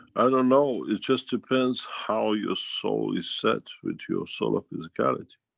i don't know, it just depends how your soul is set with your soul of physicality.